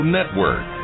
Network